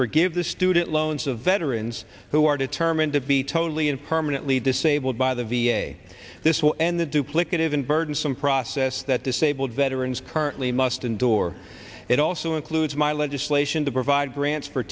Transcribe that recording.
forgive the student loans of veterans who are determined to be totally and permanently disabled by the v a this will end the duplicative and burdensome process that disabled veterans currently must endure it also includes my legislation to provide grants for